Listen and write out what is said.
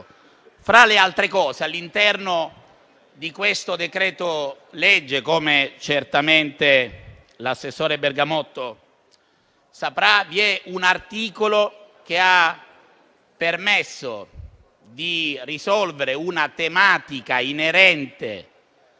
Tra le altre misure, all'interno di questo decreto-legge, come certamente il sottosegretario Bergamotto saprà, vi è un articolo che ha permesso di risolvere una tematica inerente